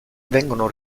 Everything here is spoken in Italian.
vengono